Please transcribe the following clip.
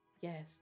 Yes